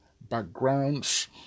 backgrounds